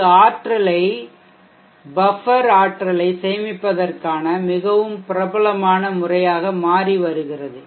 இது ஆற்றலை இடையகபஃப்பர் ஆற்றலை சேமிப்பதற்கான மிகவும் பிரபலமான முறையாக மாறி வருகிறது